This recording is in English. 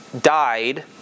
died